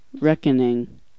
reckoning